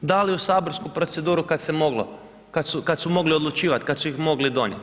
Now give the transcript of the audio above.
dali u saborsku proceduru kad se moglo, kad su mogli odlučivati, kad su ih mogli donijeti.